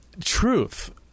truth